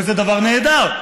וזה דבר נהדר,